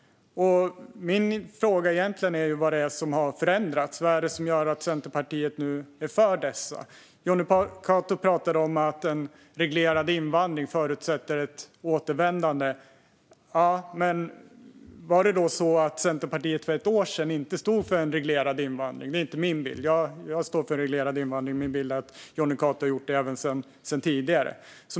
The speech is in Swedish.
Min fråga är egentligen vad som har förändrats. Vad är det som gör att Centerpartiet nu är för dessa förslag? Jonny Cato pratade om att en reglerad invandring förutsätter ett återvändande. Var det då så att Centerpartiet för ett år sedan inte stod för en reglerad invandring? Det är inte min bild. Jag står för en reglerad invandring, och min bild är att även Jonny Cato gjort det tidigare.